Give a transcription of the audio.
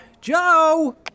Joe